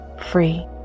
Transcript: free